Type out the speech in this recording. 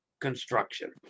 construction